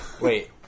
Wait